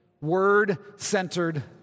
word-centered